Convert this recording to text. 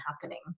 happening